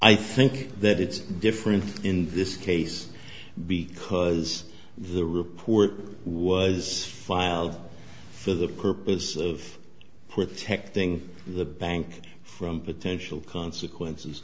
i think that it's different in this case because the report was filed for the purpose of with tech thing the bank from potential consequences